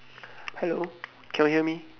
hello can you hear me